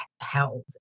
held